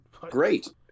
great